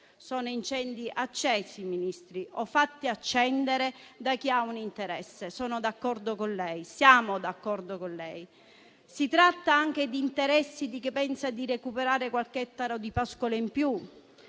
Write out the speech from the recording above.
Sono incendi accesi, Ministro, o fatti accendere da chi ha un interesse. Siamo d'accordo con lei: si tratta di interessi di chi pensa di recuperare qualche ettaro di pascolo in più,